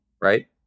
right